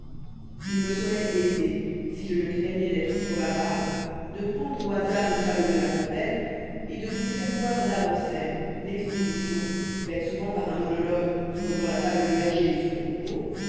fait lime serait aisé si je ne craignois d'être trop bavard de prendre au hasard une fable de la fontaine et de vous y faire voir l'avant-scène l'exposition faite souvent par un monologue comme dans la fable du berger et son troupeau